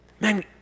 Man